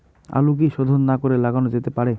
আলু কি শোধন না করে লাগানো যেতে পারে?